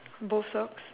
both socks